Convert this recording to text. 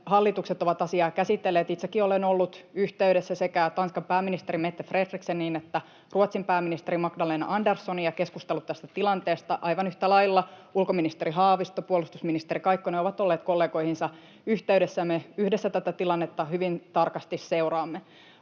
hallitukset ovat asiaa käsitelleet. Itsekin olen ollut yhteydessä sekä Tanskan pääministeriin Mette Frederikseniin että Ruotsin pääministeriin Magdalena Anderssoniin ja keskustellut tästä tilanteesta. Aivan yhtä lailla ulkoministeri Haavisto ja puolustusministeri Kaikkonen ovat olleet kollegoihinsa yhteydessä. Me yhdessä tätä tilannetta hyvin tarkasti seuraamme.